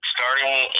Starting